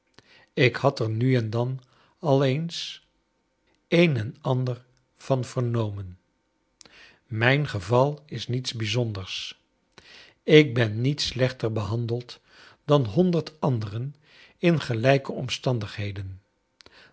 ik had er nu en dan al eens een en ander van vernomen mijn geval is niets bijzonders ik ben niet slechter behandeld dan honderd anderen in gelijke omstandigheden